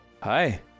Hi